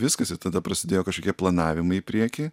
viskas ir tada prasidėjo kažkokie planavimai į priekį